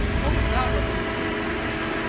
own that was a little gratuitous.